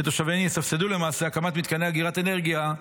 שתושביהן יסבסדו למעשה הקמת מתקני אגירת אנרגיה,